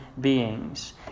beings